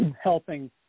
helping